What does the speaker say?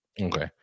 Okay